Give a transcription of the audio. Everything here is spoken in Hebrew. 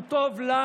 הוא טוב לנו,